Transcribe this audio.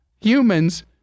humans